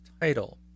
title